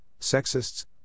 sexists